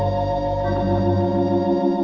and